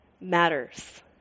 matters